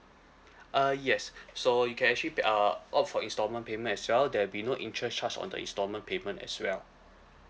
uh yes so you can actually pay uh opt for installment payment as well there'll be no interest charge on the instalment payment as well